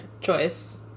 choice